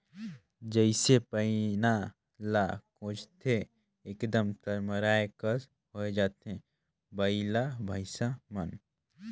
जइसे पैना ल कोचथे एकदम तरमराए कस होए जाथे बइला भइसा मन